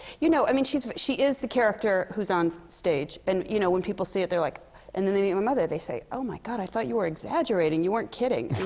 you know, i mean, she's she is the character who's on stage. and you know, when people see it, they're like and then they meet my mother. they say, oh my god, i thought you were exaggerating. you weren't kidding.